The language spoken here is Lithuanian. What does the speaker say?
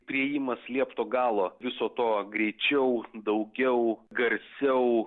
priėjimas liepto galo viso to greičiau daugiau garsiau